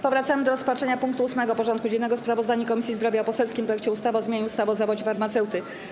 Powracamy do rozpatrzenia punktu 8. porządku dziennego: Sprawozdanie Komisji Zdrowia o poselskim projekcie ustawy o zmianie ustawy o zawodzie farmaceuty.